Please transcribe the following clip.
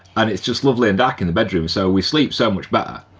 and it's just lovely and dark in the bedroom so we sleep so much better.